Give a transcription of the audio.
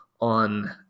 on